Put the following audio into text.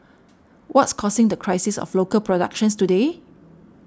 what's causing the crisis of local productions today